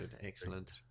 Excellent